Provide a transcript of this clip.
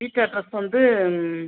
வீட்டு அட்ரெஸ் வந்து